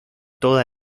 toda